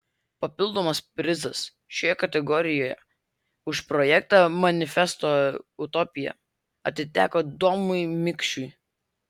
papildomas prizas šioje kategorijoje už projektą manifesto utopija atiteko domui mikšiui